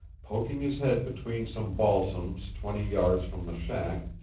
poking his head between some balsams twenty yards from the shack,